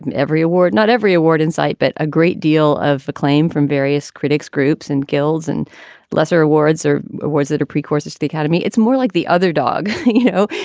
every award, not every award in sight, but a great deal of acclaim from various critics, groups and guilds and lesser awards or awards that a precursor to the academy. it's more like the other dog, you know,